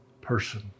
person